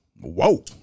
Whoa